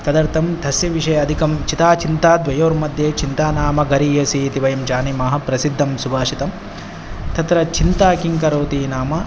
तदर्थं तस्य विषये अधिकं चिता चिन्ता द्वयोर्मध्ये चिन्ता नाम गरीयसी इति वयं जानीमः प्रसिद्धं सुभाषितं तत्र चिन्ता किं करोति नाम